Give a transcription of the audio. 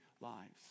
lives